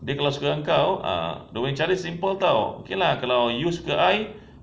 dia kalau sukakan kau ah dia punya cara simple [tau] okay lah kalau you suka I